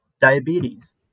Diabetes